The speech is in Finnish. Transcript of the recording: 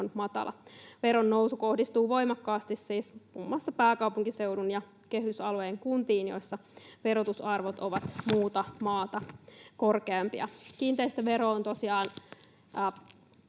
on matala. Veron nousu kohdistuu voimakkaasti siis muun muassa pääkaupunkiseudun ja kehysalueen kuntiin, joissa verotusarvot ovat muuta maata korkeampia. Kiinteistövero on tosiaan